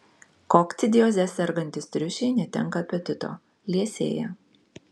kokcidioze sergantys triušiai netenka apetito liesėja